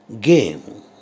game